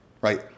Right